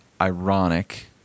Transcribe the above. ironic